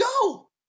go